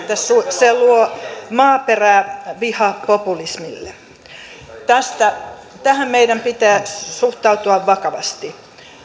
se luo maaperää vihapopulismille tähän meidän pitää suhtautua vakavasti